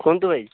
କୁହନ୍ତୁ ଭାଇ